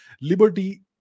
liberty